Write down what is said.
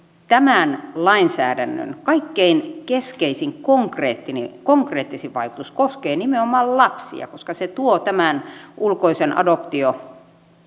tämän lainsäädännön kaikkein keskeisin konkreettisin konkreettisin vaikutus koskee nimenomaan lapsia koska se tuo tämän ulkoisen adoptio